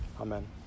amen